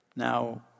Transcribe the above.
Now